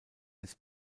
des